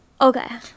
Okay